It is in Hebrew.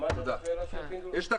שמעת את השאלה של פינדרוס?